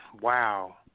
wow